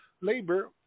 labor